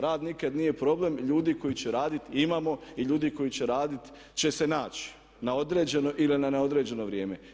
Rad nikada nije problem i ljude koji će raditi imamo i ljudi koji će raditi će se naći na određeno ili na neodređeno vrijeme.